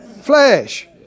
flesh